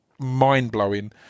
mind-blowing